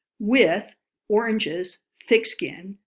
with oranges, thick-skinned,